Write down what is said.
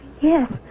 Yes